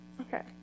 Okay